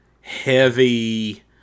heavy